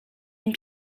une